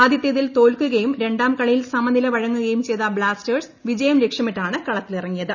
ആദ്യത്തേതിൽ തോൽക്കുകയും രണ്ടാം കളിയിൽ സമനില വഴങ്ങുകയും ചെയ്ത ബ്ലാസ്റ്റേഴ്സ് വിജയം ലക്ഷ്യമിട്ടാണ് കളത്തിലിറങ്ങിയത്